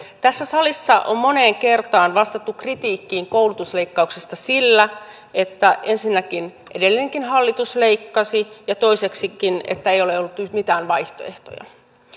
tässä salissa on moneen kertaan vastattu kritiikkiin koulutusleikkauksista sillä että ensinnäkin edellinenkin hallitus leikkasi ja toiseksi ei ole ollut nyt mitään vaihtoehtoja